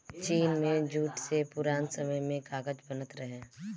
चीन में जूट से पुरान समय में कागज बनत रहे